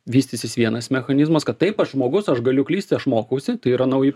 vystysis vienas mechanizmas kad taip aš žmogus aš galiu klysti aš mokausi tai yra nauji